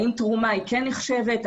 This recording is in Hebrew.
האם תרומה כן נחשבת,